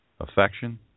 affection